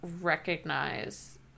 recognize